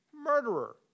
murderer